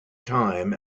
time